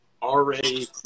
Already